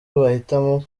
bahitamo